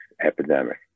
epidemic